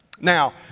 Now